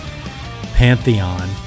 pantheon